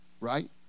right